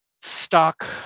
stock